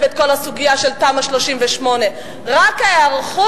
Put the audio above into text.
את כל הסוגיה של תמ"א 38. רק ההיערכות,